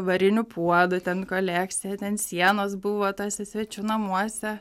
varinių puodų ten kolekciją ant sienos buvo tuose svečių namuose